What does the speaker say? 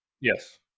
Yes